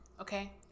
okay